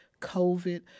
COVID